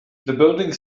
building